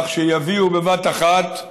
כך שיביאו בבת אחת תרופה,